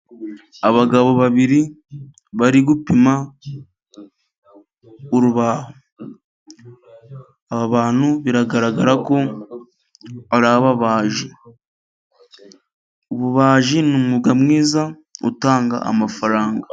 Abagabo babiri bari gupima urubaho, aba bantu biragaragara ko ari ababaji. Ububaji ni umwuga mwiza, utanga amafaranga.